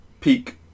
peak